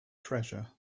treasure